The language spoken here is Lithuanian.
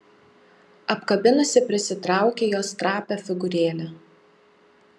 apkabinusi prisitraukė jos trapią figūrėlę